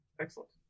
Excellent